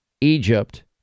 Egypt